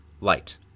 light